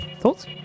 Thoughts